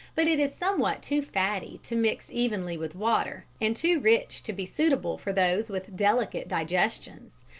but it is somewhat too fatty to mix evenly with water, and too rich to be suitable for those with delicate digestions.